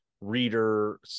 reader